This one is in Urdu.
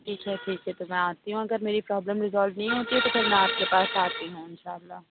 ٹھیک ہے ٹھیک ہے تو میں آتی ہوں اگر میری پرابلم رزولو نہیں ہوتی ہے تو پھر میں آپ کے پاس آتی ہوں اِنشاء اللہ